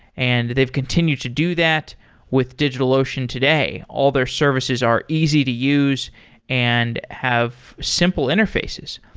and they've continued to do that with digitalocean today. all their services are easy to use and have simple interfaces.